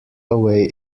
away